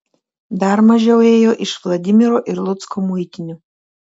dar mažiau ėjo iš vladimiro ir lucko muitinių